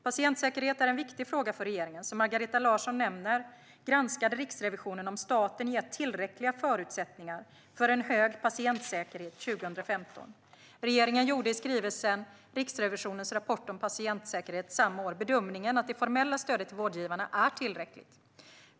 Patientsäkerhet är en viktig fråga för regeringen. Som Margareta Larsson nämner granskade Riksrevisionen 2015 om staten gett tillräckliga förutsättningar för en hög patientsäkerhet. Regeringen gjorde i skrivelsen Riksrevisionens rapport om patientsäkerhet samma år bedömningen att det formella stödet till vårdgivarna är tillräckligt.